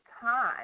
time